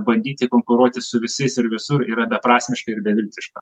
bandyti konkuruoti su visais ir visur yra beprasmiška ir beviltiška